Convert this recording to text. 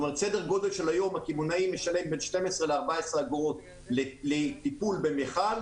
היום הקמעונאי משלם סדר גודל בין 12 ל-14 אגורות לטיפול במיכל.